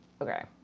Okay